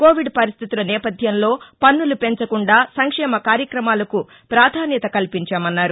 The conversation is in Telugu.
కోవిడ్ పరిస్టితుల నేపథ్యంలో పన్నులు పెంచకుండా సంక్షేమ కార్యక్రమాలకు ప్రాధాన్యత కల్పించామన్నారు